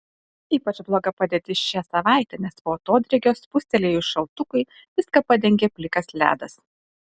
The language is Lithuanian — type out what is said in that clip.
ypač bloga padėtis šią savaitę nes po atodrėkio spustelėjus šaltukui viską padengė plikas ledas